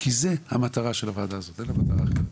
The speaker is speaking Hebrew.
כי זו המטרה של הוועדה הזאת, אין לה מטרה אחרת.